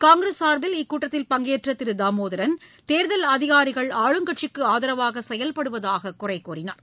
காங்கிரஸ் சார்பில் இக்கூட்டத்தில் பங்கேற்றதிருதாமோதரன் தேர்தல் அதிகாரிகள் ஆளும் கட்சிக்குஆதரவாகசெயல்படுவதாககுறைகூறினார்